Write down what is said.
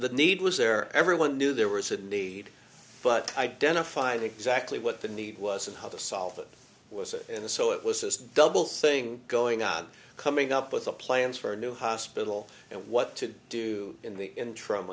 the need was there everyone knew there was a need but identify the exactly what the need was and how to solve it was it in a so it was this double thing going on coming up with the plans for a new hospital and what to do in the interim